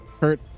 hurt